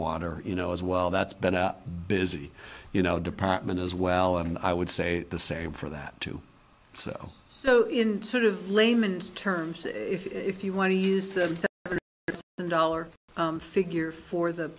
water you know as well that's been a busy you know department as well and i would say the same for that too so so sort of layman's terms if you want to use the dollar figure for the